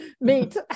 meet